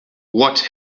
what